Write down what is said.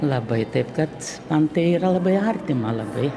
labai taip kad man tai yra labai artima labai